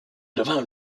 devint